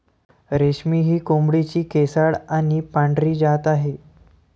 रेशमी ही कोंबडीची केसाळ आणि पांढरी जात आहे